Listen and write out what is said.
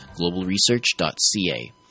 globalresearch.ca